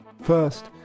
First